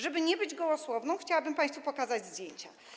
Żeby nie być gołosłowną, chciałabym państwu pokazać zdjęcia.